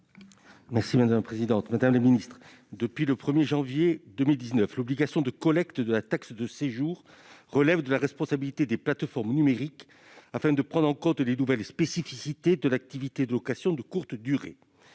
les collectivités territoriales. Depuis le 1 janvier 2019, l'obligation de collecte de la taxe de séjour relève de la responsabilité de plateformes numériques, afin de prendre en compte les nouvelles spécificités de l'activité de location de courte durée.